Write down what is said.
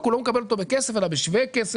רק הוא לא מקבל אותו בכסף אלא בשווה כסף,